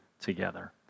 together